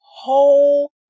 whole